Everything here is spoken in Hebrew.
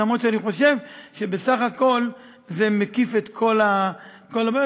למרות שאני חושב שבסך הכול זה מקיף את כל הבעיות,